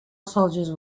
soldiers